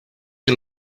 que